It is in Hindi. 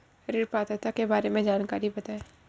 ऋण पात्रता के बारे में जानकारी बताएँ?